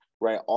right